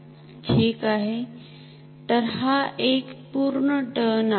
ठीक आहे तर हा एक पूर्ण टर्न आहे